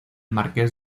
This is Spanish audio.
marqués